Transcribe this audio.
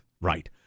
Right